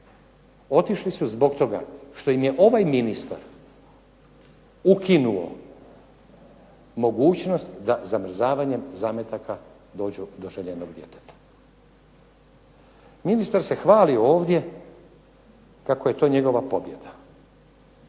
Otišli su zbog toga što im je ovaj ministar ukinuo mogućnost da zamrzavanjem zametaka dođu do željenog djeteta. Ministar se hvali ovdje kako je to njegova pobjeda.